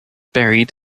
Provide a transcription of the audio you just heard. buried